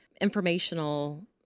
informational